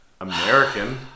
American